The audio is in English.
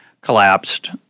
collapsed